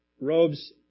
robes